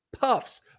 puffs